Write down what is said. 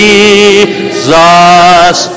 Jesus